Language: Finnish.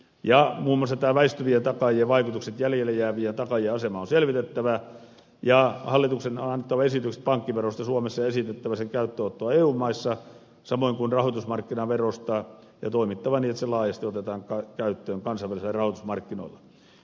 muun muassa väistyvien takaajien vaikutukset ja jäljelle jäävien takaajien asema on selvitettävä ja hallituksen on annettava esitykset pankkiverosta suomessa ja esitettävä sen käyttöönottoa eu maissa samoin kuin rahoitusmarkkinaverosta ja toimittava niin että se laajasti otetaan käyttöön kansainvälisillä rahoitusmarkkinoilla